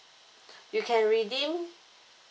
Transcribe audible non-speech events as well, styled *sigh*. *breath* you can redeem